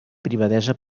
privadesa